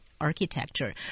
architecture